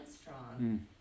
strong